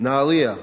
נהרייה,